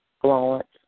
Florence